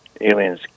aliens